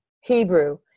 Hebrew